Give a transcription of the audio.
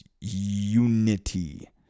unity